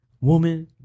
woman